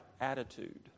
attitude